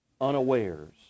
unawares